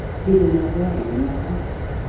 hidden away in the house.